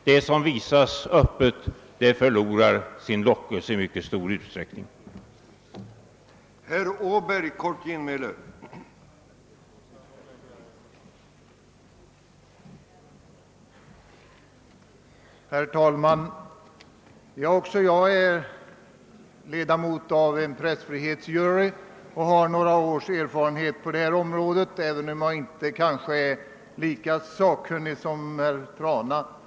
Det som visas öppet förlorar i mycket stor utsträckning sin lockelse.